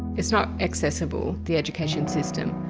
it's not accessible, the education system,